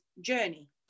journey